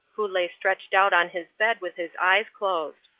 who lay stretched out on his bed with his eyes closed.